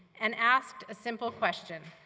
and asked a simple question.